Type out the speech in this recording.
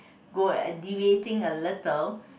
good at deviating a little